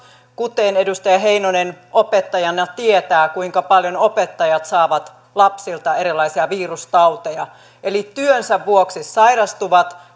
kuten edustaja heinonen opettajana tietää kuinka paljon opettajat saavat lapsilta erilaisia virustauteja eli työnsä vuoksi sairastuvat